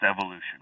evolution